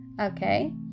okay